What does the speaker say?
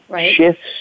shifts